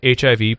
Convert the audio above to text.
HIV